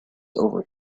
over